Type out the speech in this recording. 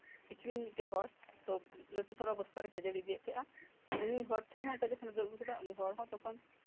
ᱟᱠᱷᱨᱤᱧ ᱢᱤᱫᱴᱮᱡ ᱦᱚᱲ ᱛᱳ ᱞᱟᱹᱴᱩ ᱯᱟᱨᱟ ᱵᱚᱥᱛᱟᱨᱮ ᱠᱷᱟᱹᱡᱟᱲᱤ ᱤᱫᱤᱭᱮᱫ ᱛᱟᱸᱦᱮᱱᱟ ᱛᱳ ᱩᱱᱤ ᱦᱚᱲ ᱴᱷᱮᱡ ᱦᱚᱸ ᱚᱱᱠᱟ ᱡᱚᱠᱷᱚᱡ ᱮ ᱫᱟᱹᱲ ᱟᱹᱜᱩ ᱠᱮᱫᱟ ᱛᱚᱠᱷᱚᱱ